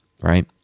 right